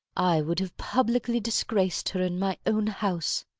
i would have publicly disgraced her in my own house.